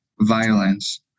violence